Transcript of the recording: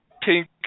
pink